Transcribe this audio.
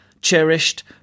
cherished